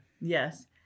Yes